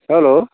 hello